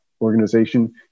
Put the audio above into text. organization